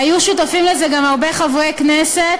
היו שותפים לזה גם הרבה חברי כנסת